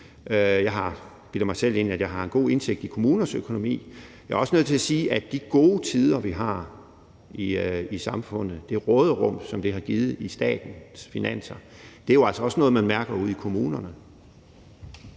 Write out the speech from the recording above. Jeg bilder mig selv ind, at jeg har en god indsigt i kommuners økonomi. Jeg er også nødt til at sige, at de gode tider, vi har i samfundet – det råderum, som det har givet i statens finanser – jo altså også er noget, man mærker ude i kommunerne.